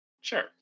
Sure